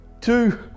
two